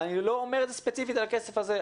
אני לא אומר את זה ספציפית על הכסף הזה,